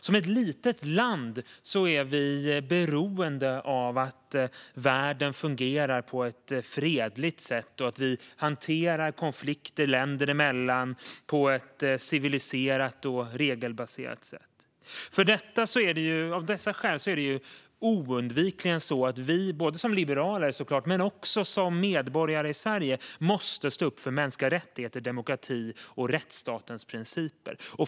Som ett litet land är Sverige beroende av att världen fungerar på ett fredligt sätt och av att konflikter länder emellan hanteras på ett civiliserat och regelbaserat sätt. Av dessa skäl är det oundvikligen så att vi, både som liberaler - självklart - och som medborgare i Sverige, måste stå upp för mänskliga rättigheter, demokrati och rättsstatens principer.